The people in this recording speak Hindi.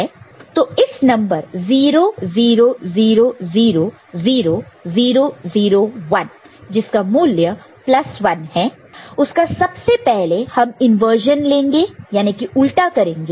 तो इस नंबर 0 0 0 0 0 0 0 1 जिसका मूल्य 1 है उसका सबसे पहले हम इंवर्जन लेंगे यानी कि उल्टा करेंगे